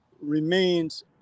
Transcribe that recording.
remains